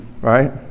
Right